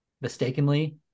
mistakenly